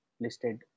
listed